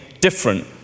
different